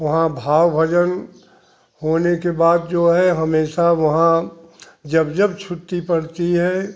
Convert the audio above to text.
वहाँ भाव भजन होने के बाद जो है हमेशा वहाँ जब जब छुट्टी पड़ती है